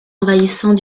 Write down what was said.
envahissant